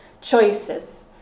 choices